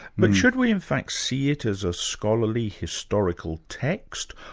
but should we, in fact, see it as a scholarly, historical text,